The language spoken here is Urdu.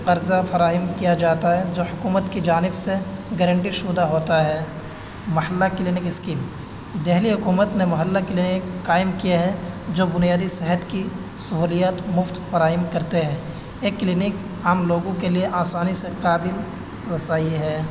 قرضہ فراہم کیا جاتا ہے جو حکومت کی جانب سے گارنٹی شدہ ہوتا ہے محلہ کلینک اسکیم دہلی حکومت نے محلہ کلینک قائم کیے ہیں جو بنیادی صحت کی سہولیات مفت فراہم کرتے ہیں یہ کلینک عام لوگوں کے لیے آسانی سے قابل رسائی ہے